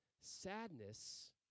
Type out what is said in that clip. sadness